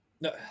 no